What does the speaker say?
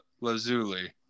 lazuli